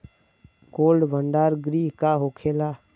Cold भण्डार गृह का होखेला?